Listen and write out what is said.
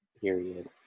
Period